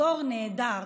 דור נהדר.